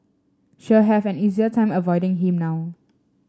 she'll have an easier time avoiding him now